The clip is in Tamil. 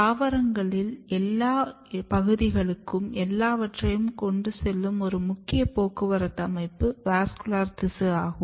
தாவரங்களில் எல்லா பகுதிகளுக்கும் எல்லாவற்றையும் கொண்டு செல்லும் ஒரு முக்கிய போக்குவரத்து அமைப்பு வாஸ்குலர் திசு ஆகும்